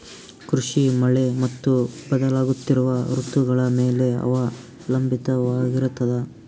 ಕೃಷಿ ಮಳೆ ಮತ್ತು ಬದಲಾಗುತ್ತಿರುವ ಋತುಗಳ ಮೇಲೆ ಅವಲಂಬಿತವಾಗಿರತದ